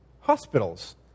hospitals